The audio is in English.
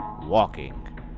walking